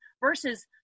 versus